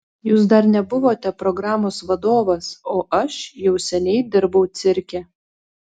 jūs dar nebuvote programos vadovas o aš jau seniai dirbau cirke